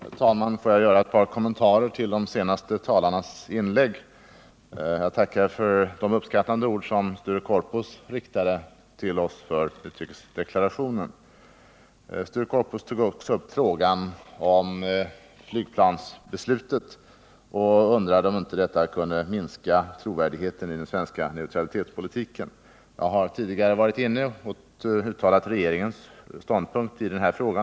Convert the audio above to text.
Herr talman! Jag vill göra ett par kommentarer till de senaste talarnas inlägg. Jag tackar för de uppskattande ord som Sture Korpås riktade till mig för utrikesdeklarationen. Sture Korpås tog också upp flygplansbeslutet och undrade om inte detta kunde minska trovärdigheten i den svenska neutralitetspolitiken. Jag har tidigare uttalat regeringens ståndpunkt i denna fråga.